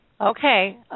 Okay